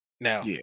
Now